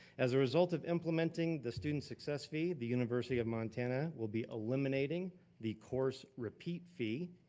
as a result of implementing the student success fee, the university of montana will be eliminating the course repeat fee,